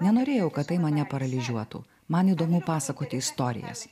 nenorėjau kad tai mane paralyžiuotų man įdomu pasakoti istorijas